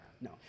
no